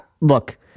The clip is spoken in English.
Look